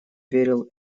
верил